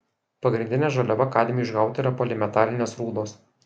pagrindinė žaliava kadmiui išgauti yra polimetalinės rūdos